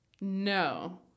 No